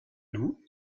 loup